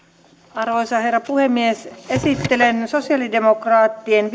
arvoisa herra puhemies esittelen sosialidemokraattien